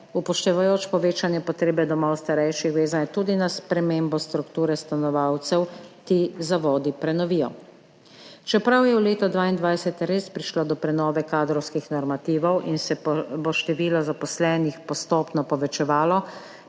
upoštevajoč povečane potrebe domov starejših, vezane tudi na spremembo strukture stanovalcev, ti zavodi prenovijo. Čeprav je v letu 2022 res prišlo do prenove kadrovskih normativov in se bo število zaposlenih postopno povečevalo,